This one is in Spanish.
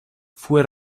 fue